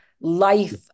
life